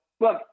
look